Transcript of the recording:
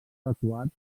evacuat